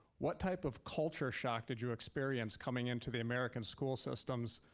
what type of culture shock did you experience coming into the american school systems?